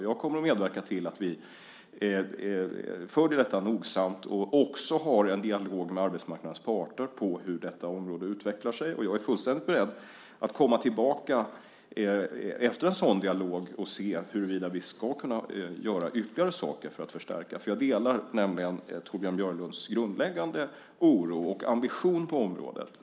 Jag kommer att medverka till att vi följer detta nogsamt och också har en dialog med arbetsmarknadens parter om hur detta område utvecklar sig. Jag är fullständigt beredd att komma tillbaka efter en sådan dialog och se huruvida vi ska kunna göra ytterligare saker för att förstärka. Jag delar nämligen Torbjörn Björlunds grundläggande oro och ambition på området.